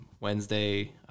Wednesday